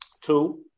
Two